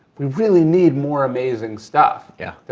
we really need more amazing stuff. yeah they're